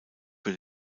für